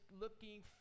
looking